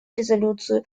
резолюцию